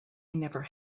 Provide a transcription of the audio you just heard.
never